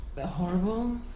Horrible